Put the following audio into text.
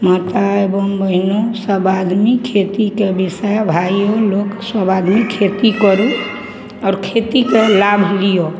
माता एवम बहिनोसभ आदमी खेतीके विषय भाइओ लोकसभ आदमी खेती करू आओर खेतीके लाभ लिअऽ